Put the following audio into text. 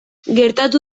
gertatu